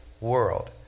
world